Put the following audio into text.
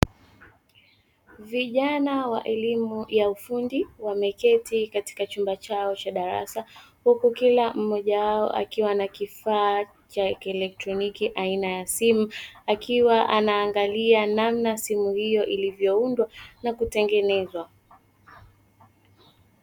Vijana wa elimu ya ufundi wameketi katika chumba chao cha darasa, huku kila mmoja wao akiwa na kifaa cha electroniki aina ya simu, akiwa anaangalia namna simu hiyo ilivyoundwa na kutengenezwa.